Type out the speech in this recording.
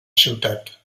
ciutat